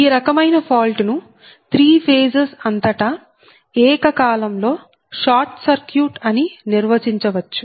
ఈ రకమైన ఫాల్ట్ ను త్రీ ఫేజెస్ అంతటా ఏకకాలంలో షార్ట్ సర్క్యూట్ అని నిర్వచించవచ్చు